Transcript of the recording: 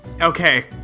Okay